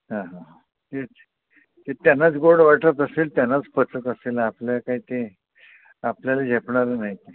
हां हां हां तेच ते त्यानाच गोड वाटत असेल त्यानाच पचत असेल आपल्याला काही ते आपल्याला झेपणारं नाही ते